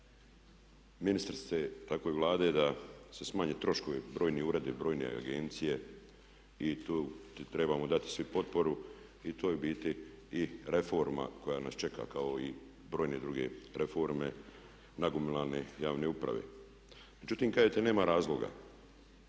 ministrice tako i Vlade da se smanje troškovi, brojni uredi, brojne agencije i tu trebamo dati svi potporu i to je u biti i reforma koja nas čeka kao i brojne druge reforme, nagomilane javne uprave. Međutim kažete nema razloga.